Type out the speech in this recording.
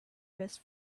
best